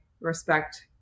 respect